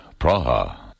Praha